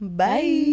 Bye